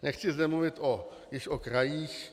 Nechci zde mluvit již o krajích.